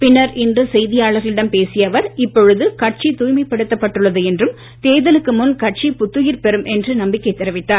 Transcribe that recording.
பின்னர் இன்று செய்தியாளர்களிடம் பேசின தூய்மைப்படுத்தப்பட்டுள்ள என்றும் தேர்தலுக்கு முன் கட்சி புத்துயிர் பெறும் என்று நம்பிக்கை தெரிவித்தார்